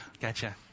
Gotcha